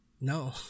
no